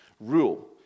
rule